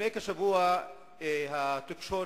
לפני כשבוע התקשורת